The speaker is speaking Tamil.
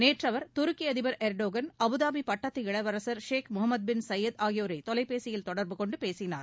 நேற்று அவர் துருக்கி அதிபர் எர்டோகன் அபுதாபி பட்டத்து இளவரசர் ஷேக் முகமது பின் சையத் ஆகியோரை தொலைபேசியில் தொடர்பு கொண்டு பேசினார்